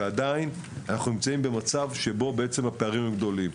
ועדיין אנחנו נמצאים במצב שהפערים גדולים.